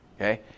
okay